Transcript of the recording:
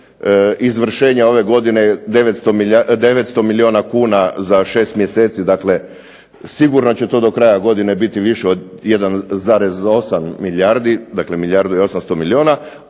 izvršenja ove godine je 900 milijuna kuna za 6 mjeseci. Dakle, sigurno će to do kraja godine biti više od 1,8 milijardi. Dakle, milijardu i 800 milijuna,